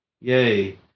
Yay